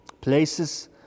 places